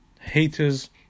haters